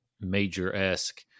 major-esque